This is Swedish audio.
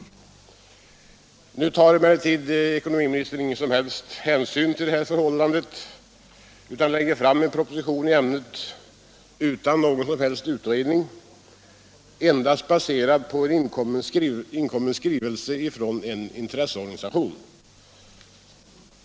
Ekonomiministern tar emellertid ingen som helst hänsyn till detta förhållande. Utan någon föregående utredning lägger han fram en proposition i ärendet som enbart är baserad på en skrivelse från en intresseorganisation.